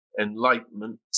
Enlightenment